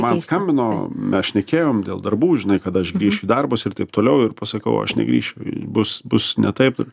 man skambino mes šnekėjom dėl darbų žinai kada aš grįšiu į darbus ir taip toliau ir pasakau aš negrįšiu bus bus ne taip